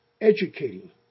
Educating